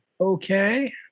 Okay